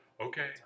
Okay